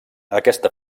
aquesta